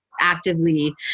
actively